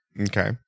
Okay